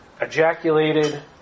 ejaculated